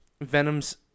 venom's